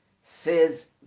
says